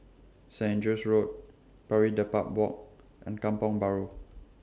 Saint Andrew's Road Pari Dedap Walk and Kampong Bahru